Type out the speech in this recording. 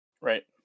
right